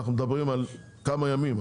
אנחנו מדברים על כמה ימים,